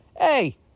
hey